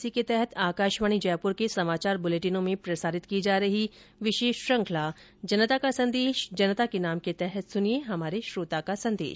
इसी के तहत आकाशवाणी जयपुर के समाचार बुलेटिनों में प्रसारित की जा रही विशेष श्रृखंला जनता का संदेश जनता के नाम के तहत सुनिये हमारे श्रोता का संदेश